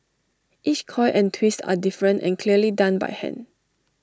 each coil and twist are different and clearly done by hand